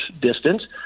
distance